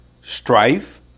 strife